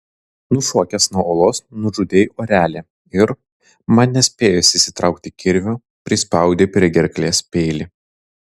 nušokęs nuo uolos nužudei orelį ir man nespėjus išsitraukti kirvio prispaudei prie gerklės peilį